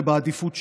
זה בעדיפות שלנו.